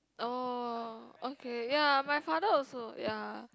oh okay ya my father also ya